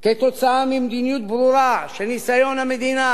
כתוצאה ממדיניות ברורה של ניסיון המדינה